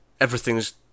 everything's